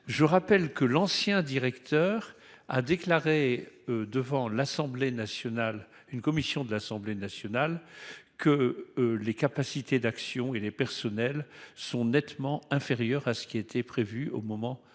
Je rappelle que l'ancien directeur, a déclaré devant l'Assemblée nationale, une commission de l'Assemblée nationale que les capacités d'action et les personnels sont nettement inférieurs à ce qui était prévu au moment de